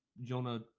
Jonah